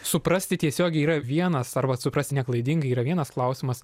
suprasti tiesiogiai yra vienas arba suprasti ne klaidingai yra vienas klausimas